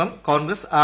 M Congress R